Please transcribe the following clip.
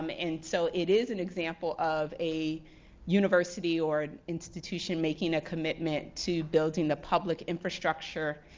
um and so it is an example of a university or an institution making a commitment to building the public infrastructure,